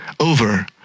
over